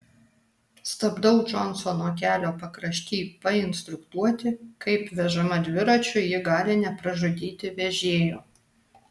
stabdau džonsono kelio pakrašty painstruktuoti kaip vežama dviračiu ji gali nepražudyti vežėjo